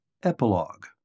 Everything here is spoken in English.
Epilogue